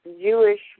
Jewish